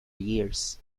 years